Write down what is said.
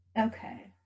Okay